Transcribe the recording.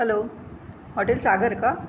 hello hotel Sagar का